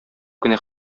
кенә